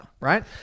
right